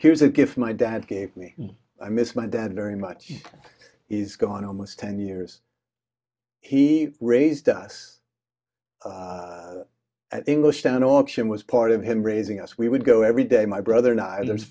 here's a gift my dad gave me i miss my dad very much is gone almost ten years he raised us english down option was part of him raising us we would go every day my brother